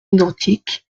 identiques